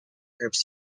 groups